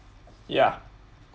yeah